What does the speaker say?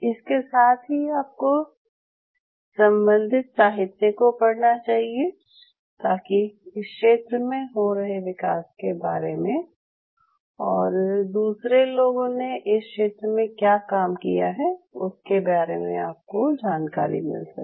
इसके साथ ही आपको संबंधित साहित्य को पढ़ना चाहिए ताकि इस क्षेत्र में हो रहे विकास के बारे में और दूसरे लोग ने इस क्षेत्र में क्या काम किया है उसके बारे में जानकारी मिल सके